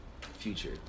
future